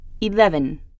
Eleven